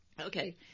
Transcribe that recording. Okay